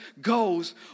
goes